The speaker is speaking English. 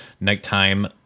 nighttime